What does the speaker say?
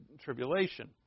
tribulation